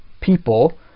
people